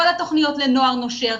כל התוכניות לנוער נושר,